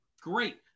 great